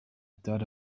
thought